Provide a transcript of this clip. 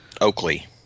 oakley